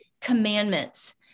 commandments